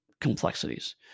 complexities